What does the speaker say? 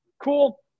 Cool